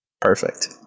Perfect